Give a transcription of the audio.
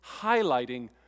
highlighting